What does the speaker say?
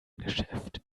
geschäft